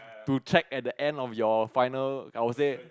to check at the end of your final I will say